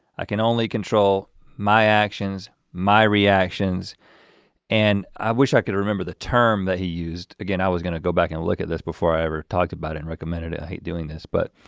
i can only control my actions, my reactions and i wish i could remember the term that he used. again, i was gonna go back and look at this before i ever talked about it and recommended it. i hate doing this but,